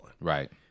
Right